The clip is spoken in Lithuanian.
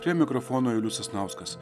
prie mikrofono julius sasnauskas